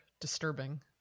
disturbing